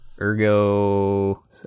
Ergo